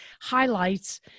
highlights